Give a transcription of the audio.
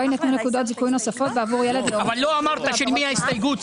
אבל לא אמרת של מי ההסתייגות,